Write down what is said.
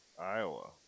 Iowa